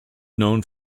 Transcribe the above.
known